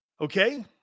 Okay